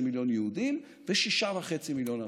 מיליון יהודים ושישה וחצי מיליון ערבים.